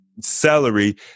Celery